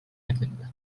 edildi